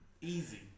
Easy